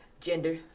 gender